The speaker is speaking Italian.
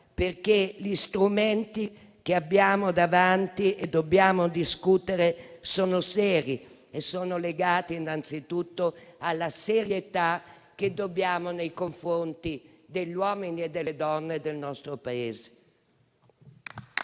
perché gli strumenti che abbiamo davanti e di cui dobbiamo discutere sono seri e sono legati innanzitutto alla serietà che dobbiamo agli uomini e alle donne del nostro Paese.